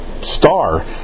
star